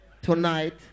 Tonight